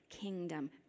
kingdom